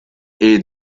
est